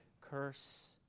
curse